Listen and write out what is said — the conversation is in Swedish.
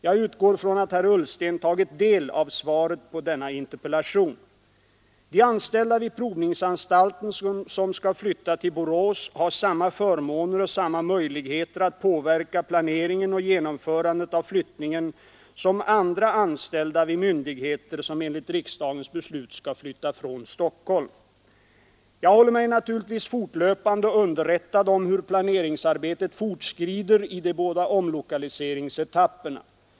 Jag utgår från att herr Ullsten tagit del av svaret på denna interpellation. De anställda vid provningsanstalten som skall flytta till Borås har samma förmåner och samma möjligheter att påverka planeringen och genomförandet av flyttningen som andra anställda vid myndigheter, som enligt riksdagens beslut skall flytta från Stockholm. Jag håller mig naturligtvis fortlöpande underrättad om hur planeringsarbetet fortskrider i de båda omlokaliseringsetapperna.